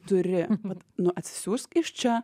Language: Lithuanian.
turi vat nu atsisiųsk iš čia